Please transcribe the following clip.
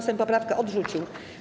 Sejm poprawkę odrzucił.